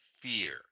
fear